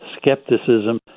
skepticism